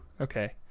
okay